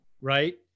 right